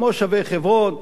כמו "שבי חברון",